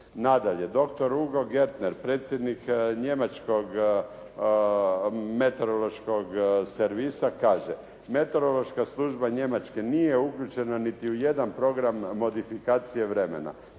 Nadalje dr. Hugo Gertner, predsjednik njemačkog meteorološkog servisa kaže: «Meteorološka služba Njemačke nije uključena niti u jedan program modifikacije vremena.